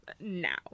now